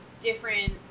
different